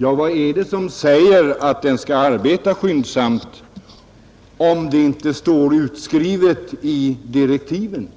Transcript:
Ja, vad är det som säger att den skall arbeta skyndsamt om det inte står utskrivet i direktiven?